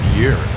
year